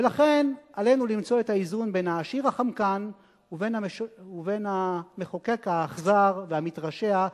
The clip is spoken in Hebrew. ולכן עלינו למצוא את האיזון בין העשיר החמקן ובין המחוקק האכזר והמתרשע,